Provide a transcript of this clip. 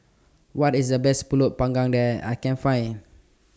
What IS The Best Pulut Panggang I Can Find